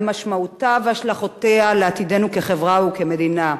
על משמעותה והשלכותיה לעתידנו כחברה וכמדינה.